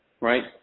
right